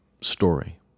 story